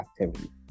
activity